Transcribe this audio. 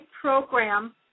program